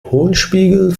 hohlspiegel